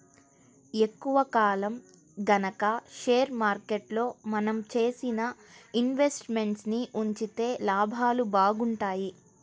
ఎక్కువ కాలం గనక షేర్ మార్కెట్లో మనం చేసిన ఇన్వెస్ట్ మెంట్స్ ని ఉంచితే లాభాలు బాగుంటాయి